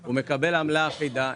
הוא מקבל עמלה אחידה.